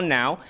now